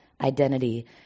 identity